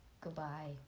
goodbye